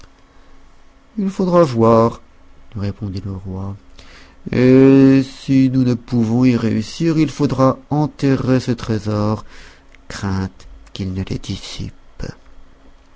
il faudra voir lui répondit le roi et si nous ne pouvons y réussir il faudra enterrer ces trésors crainte qu'il ne les